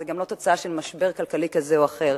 זאת גם לא תוצאה של משבר כלכלי כזה או אחר,